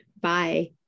bye